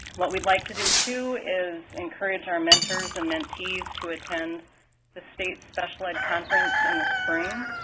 what we'd like to do too is encourage our mentors and mentees to attend the state's special ed conference in the spring.